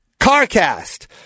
CarCast